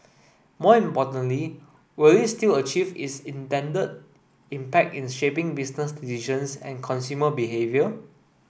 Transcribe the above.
more importantly will it still achieve its intended impact in shaping business decisions and consumer behaviour